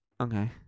Okay